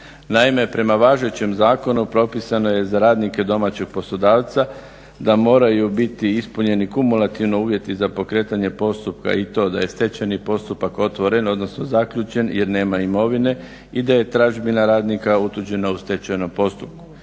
Naime, prema važećem zakonu propisano je za radnike domaćeg poslodavca da moraju biti ispunjeni kumulativno uvjeti za pokretanje postupka i to da je stečajni postupak otvoren, odnosno zaključen jer nema imovine i da je tražbina radnika utuđena u stečajnom postupku.